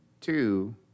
two